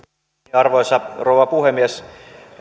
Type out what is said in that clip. arvoisa rouva puhemies